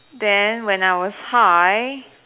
then when I was high